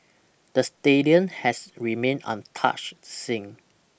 the stadium has remained untouched since